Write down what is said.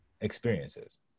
experiences